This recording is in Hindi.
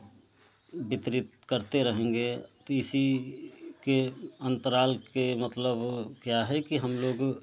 वितरित करते रहेंगे किसी के अंतराल के मतलब क्या है कि हम लोग